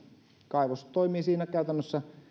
kaivos toimii käytännössä siinä